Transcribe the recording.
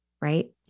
right